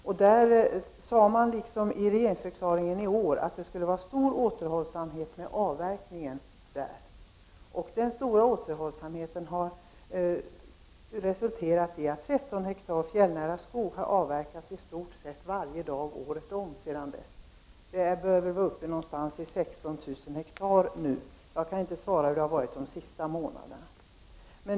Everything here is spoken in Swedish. Där sade man, liksom i regeringsförklaringen i år, att det skulle vara stor återhållsamhet med avverkningen. Den stora återhållsamheten har resulterat i att 13 hektar fjällnära skog har avverkats i stort sett varje dag året om sedan dess. Vi börjar vara någonstans uppe i 16 000 hektar nu. Jag kan inte säga hur det har varit de senaste månaderna.